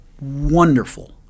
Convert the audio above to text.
wonderful